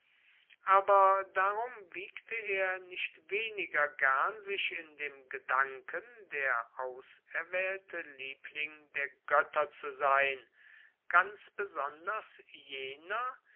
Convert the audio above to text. aber darum wiegte er nicht weniger gern sich in dem gedanken der auserwählte liebling der götter zu sein ganz besonders jener